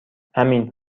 امین